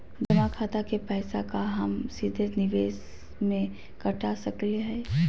जमा खाता के पैसा का हम सीधे निवेस में कटा सकली हई?